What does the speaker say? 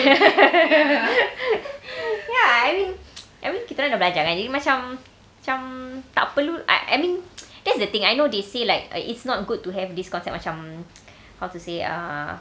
ya I mean I mean kita orang dah belajar kan macam macam tak perlu I I mean that's the thing I know they say like it's not good to have this concept macam how to say ah